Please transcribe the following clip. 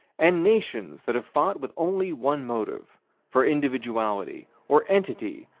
and nations that have fought with only one motive for individuality, or entity,